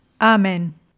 Amen